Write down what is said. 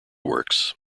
works